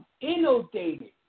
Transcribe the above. inundated